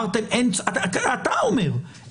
אתה אומר,